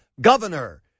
governor